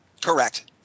Correct